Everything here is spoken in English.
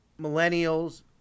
millennials